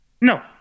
No